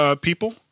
people